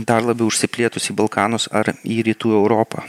dar labiau išsiplėtus į balkanuos ar į rytų europą